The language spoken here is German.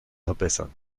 verbessern